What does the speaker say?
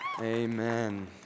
Amen